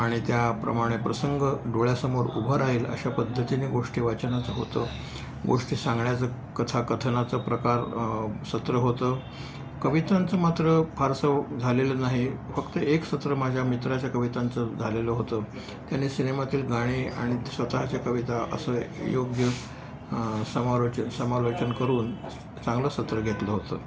आणि त्याप्रमाणे प्रसंग डोळ्यासमोर उभं राहील अशा पद्धतीने गोष्टी वाचनाचं होतं गोष्टी सांगण्याचं कथा कथनाचं प्रकार सत्र होतं कवितांचं मात्र फारसं झालेलं नाही फक्त एक सत्र माझ्या मित्राच्या कवितांचं झालेलं होतं त्याने सिनेमातील गाणी आणि स्वतःच्या कविता असं योग्य समारोच समालोचन करून चांगलं सत्र घेतलं होतं